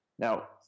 Now